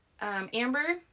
Amber